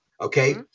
Okay